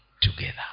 together